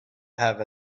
have